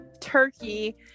turkey